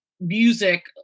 music